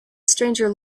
stranger